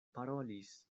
parolis